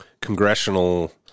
congressional